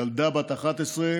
ילדה בת 11,